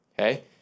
Okay